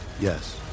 Yes